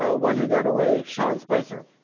ah one who got away sean spicer